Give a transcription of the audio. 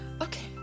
Okay